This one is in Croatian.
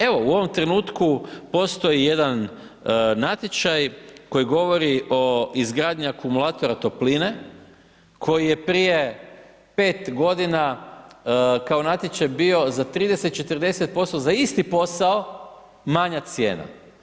Evo, u ovom trenutku, postoji jedan natječaj, koji govori o izgradnji akumulatora topline, koji je prije 5 g. kao natječaj bio za 30, 40% za isti posao manja cijena.